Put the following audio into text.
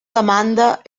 demanda